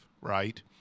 right